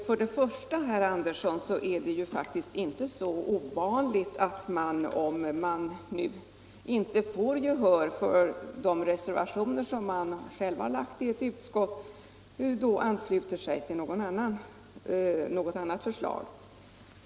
Fru talman! Det är faktiskt inte så ovanligt, herr Andersson i Lycksele, att man, om man inte får gehör för de reservationer som man själv har lagt fram i ett utskott, ansluter sig till något annat förslag.